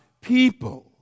people